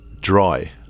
dry